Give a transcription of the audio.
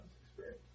experience